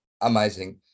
amazing